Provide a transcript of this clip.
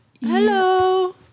Hello